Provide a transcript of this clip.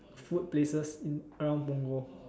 food places in around Punggol